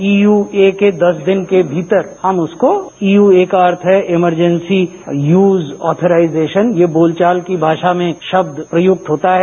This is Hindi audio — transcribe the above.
ईयूके के दस दिन के भीतर हम उसकों यू ए का अर्थ है इमरजेंसी यूज आथोराइजेशन ये बोलचाल की भाषा में शब्द प्रयूक्त होता है